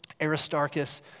Aristarchus